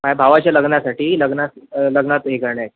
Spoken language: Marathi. माझ्या भावाच्या लग्नासाठी लग्ना लग्नात हे करण्यासाठी